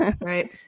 Right